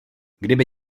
kdyby